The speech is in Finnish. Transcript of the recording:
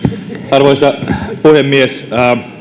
arvoisa puhemies